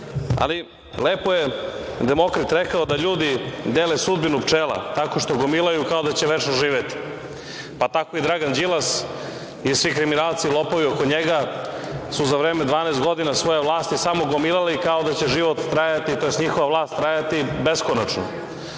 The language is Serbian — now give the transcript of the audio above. je Demokrat rekao da ljudi dele sudbinu pčela tako što gomilaju kao da će večno živeti. Tako i Dragan Đilas i svi kriminalci, lopovi oko njega su za vreme 12 godina svoje vlasti samo gomilali kao da će život trajati, tj. njihova vlast trajati beskonačno.